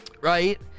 right